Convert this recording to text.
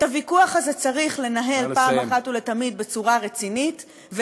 את הוויכוח הזה צריך לנהל פעם אחת ולתמיד בצורה רצינית,